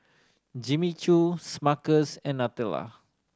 Jimmy Choo Smuckers and Nutella